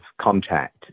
contact